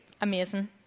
Amazing